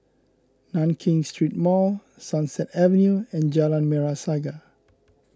Nankin Street Mall Sunset Avenue and Jalan Merah Saga